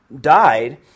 died